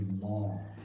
more